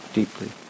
deeply